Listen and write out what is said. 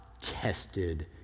tested